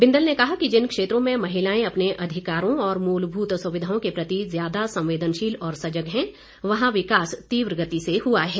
बिंदल ने कहा कि जिन क्षेत्रों में महिलाएं अपने अधिकारों और मूलभूत सुविधाओं के प्रति ज्यादा संवेदनशील और सजग हैं वहां विकास तीव्र गति से हुआ है